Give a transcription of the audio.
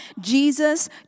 Jesus